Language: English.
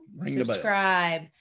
subscribe